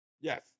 Yes